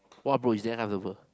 bro it's damn comfortable